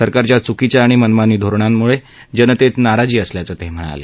सरकारच्या च्कीच्या आणि मनमानी धोरणांमुळे जनतेत नाराजी असल्याचं ते म्हणाले